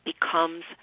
becomes